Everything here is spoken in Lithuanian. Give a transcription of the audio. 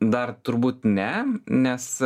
dar turbūt ne nes